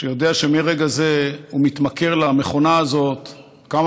שיודע שמרגע זה הוא מתמכר למכונה הזאת כמה